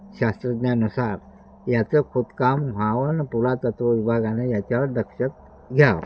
शास्त्रज्ञानुसार याचं खोदकाम व्हावं अन पुरातत्व विभागाने याच्यावर दक्षता घ्यावं